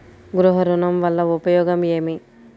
గృహ ఋణం వల్ల ఉపయోగం ఏమి?